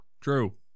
True